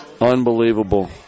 Unbelievable